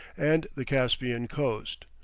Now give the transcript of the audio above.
and the caspian coast.